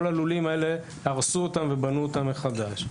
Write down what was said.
כל הלולים האלה, הרסו אותם ובנו אותם מחדש.